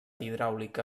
hidràulica